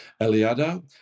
Eliada